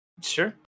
Sure